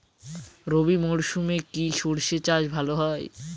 রবি মরশুমে কি সর্ষে চাষ ভালো হয়?